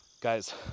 guys